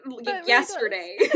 Yesterday